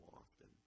often